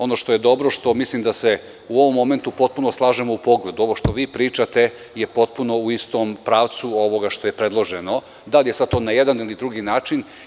Ono što je dobro, gde mislim da se u ovom momentu potpuno slažemo, ovo što pričate je potpuno u istom pravcu ovoga što je predloženo, bilo da je to na jedan ili drugi način.